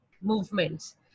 movements